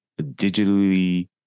digitally